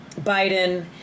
Biden